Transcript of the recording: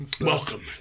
welcome